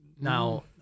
now